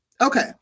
okay